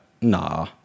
Nah